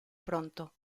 pronto